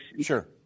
Sure